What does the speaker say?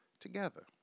together